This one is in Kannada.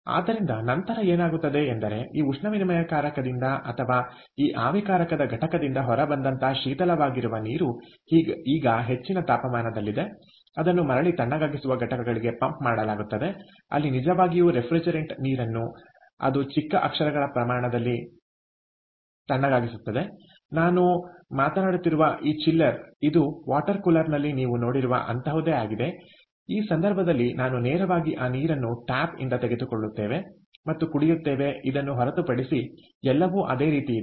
ಆದ್ದರಿಂದನಂತರ ಏನಾಗುತ್ತದೆ ಎಂದರೆ ಈ ಉಷ್ಣವಿನಿಮಯಕಾರಕದಿಂದ ಅಥವಾ ಈ ಆವಿಕಾರಕದ ಘಟಕದಿಂದ ಹೊರಬಂದಂತ ಶೀತಲವಾಗಿರುವ ನೀರು ಈಗ ಹೆಚ್ಚಿನ ತಾಪಮಾನದಲ್ಲಿದೆ ಅದನ್ನು ಮರಳಿ ತಣ್ಣಗಾಗಿಸುವ ಘಟಕಗಳಿಗೆ ಪಂಪ್ ಮಾಡಲಾಗುತ್ತದೆ ಅಲ್ಲಿ ನಿಜವಾಗಿಯೂ ರೆಫ್ರಿಜರೆಂಟ್ ನೀರನ್ನು ಅದು ಚಿಕ್ಕ ಅಕ್ಷಗಳ ಪ್ರಮಾಣದಲ್ಲಿ ತಣ್ಣಗಾಗಿಸುತ್ತದೆ ನಾನು ಮಾತನಾಡುತ್ತಿರುವ ಈ ಚಿಲ್ಲರ್ ಇದು ವಾಟರ್ ಕೂಲರ್ನಲ್ಲಿ ನೀವು ನೋಡಿರುವ ಅಂತಹುದೇ ಆಗಿದೆ ಈ ಸಂದರ್ಭದಲ್ಲಿ ನಾವು ನೇರವಾಗಿ ಆ ನೀರನ್ನು ಟ್ಯಾಪ್ ಇಂದ ತೆಗೆದುಕೊಳ್ಳುತ್ತೇವೆ ಮತ್ತು ಕುಡಿಯುತ್ತೇವೆ ಇದನ್ನು ಹೊರತುಪಡಿಸಿ ಎಲ್ಲವೂ ಅದೇ ರೀತಿ ಇದೆ